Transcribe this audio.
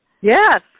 Yes